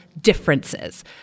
differences